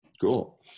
Cool